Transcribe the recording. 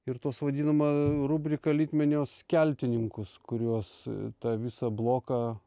ir tuos vadinamą rubriką litmenio skeltininkus kuriuos tą visą bloką